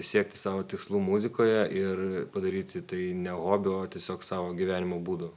siekti savo tikslų muzikoje ir padaryti tai ne hobiu o tiesiog savo gyvenimo būdu